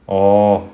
orh